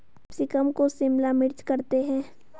capsicum को शिमला मिर्च करते हैं